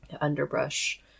underbrush